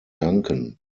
danken